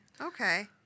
Okay